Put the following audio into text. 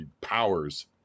powers